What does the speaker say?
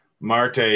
Marte